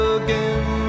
again